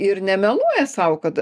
ir nemeluoja sau kad